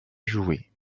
jouer